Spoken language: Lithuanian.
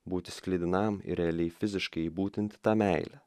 būti sklidinam ir realiai fiziškai įbūtinti tą meilę